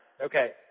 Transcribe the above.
Okay